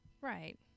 right